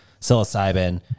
psilocybin